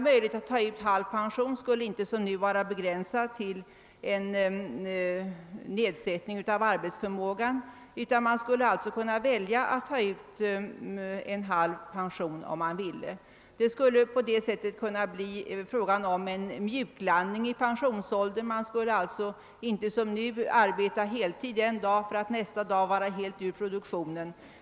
Möjligheten att ta ut halv pension skulle inte som nu vara begränsad till nedsättning av arbetsförmågan, utan man skulle kunna välja att ta ut halv pension om man så ville. På det sättet skulle det kunna bli fråga om en »mjuklandning» i pensionsåldern; man skulle inte som nu arbeta heltid en dag för att nästa dag stå helt utanför produktionen.